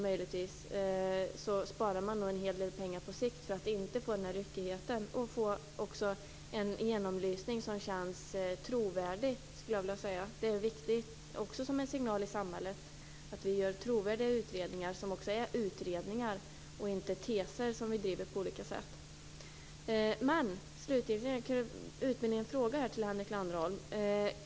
Man skulle slippa få den här ryckigheten och få en genomlysning som känns trovärdig. Det är också en viktig signal i samhället att vi gör trovärdiga utredningar som också är utredningar och inte teser som vi driver på olika sätt. Detta kan slutligen utmynna i en fråga till Henrik Landerholm.